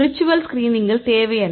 virtual ஸ்கிரீனிங்கில் தேவை என்ன